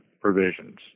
provisions